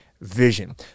vision